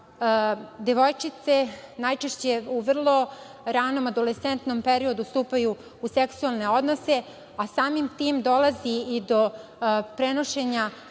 devojčice najčešće u vrlo ranom adolescentnom periodu stupaju u seksualne odnose, a samim tim dolazi do prenošenja